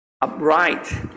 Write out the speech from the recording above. upright